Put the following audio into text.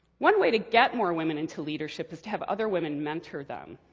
one way to get more women into leadership is to have other women mentor them.